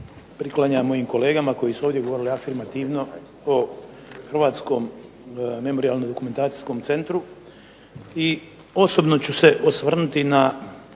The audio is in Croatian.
priklanjam mojim kolegama koji su ovdje govorili afirmativno o Hrvatskom memorijalno-dokumentacijskom centru i osobno ću se osvrnuti na